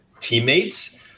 teammates